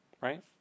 right